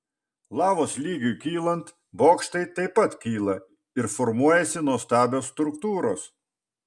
lavos lygiui kylant bokštai taip pat kyla ir formuojasi nuostabios struktūros